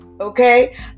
okay